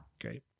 Great